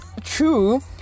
true